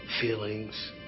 feelings